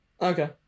Okay